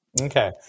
Okay